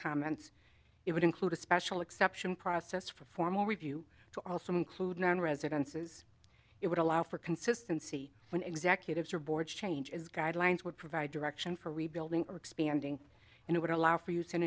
comments it would include a special exception process for formal review to also include non residences it would allow for consistency when executives or board changes guidelines would provide direction for rebuilding or expanding and it would allow for